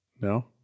No